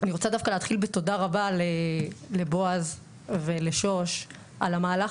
אני רוצה דווקא להתחיל בתודה רבה לבועז ולשוש על המהלך